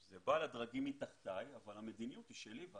זה בא לדרגים מתחתיי אבל המדיניות היא שלי.